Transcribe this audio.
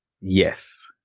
Yes